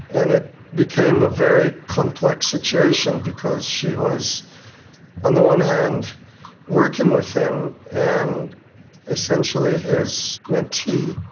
and it became a very complex situation because she was on the one hand working with him and essentially his mentee.